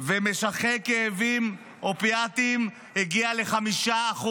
ומשכבי כאבים אופיאטיים, הגיע ל-5%.